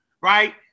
right